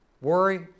worry